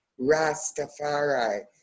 Rastafari